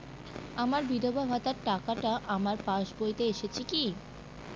আমার বিধবা ভাতার টাকাটা আমার পাসবইতে এসেছে কি?